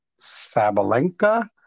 Sabalenka